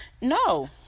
No